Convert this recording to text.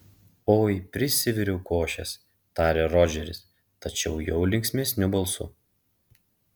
oi prisiviriau košės tarė rodžeris tačiau jau linksmesniu balsu